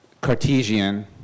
Cartesian